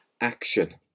action